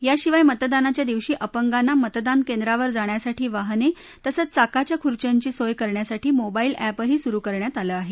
याशिवाय मतदानाच्या दिवशी अपंगांना मतदार केंद्रावर जाण्यासाठी वाहने तसंच चाकाच्या खुर्च्यांची सोय करण्यासाठी मोबाईल अॅपही सुरु करण्यात आलं आहे